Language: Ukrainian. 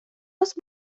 вас